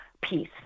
peace